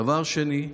דבר שני,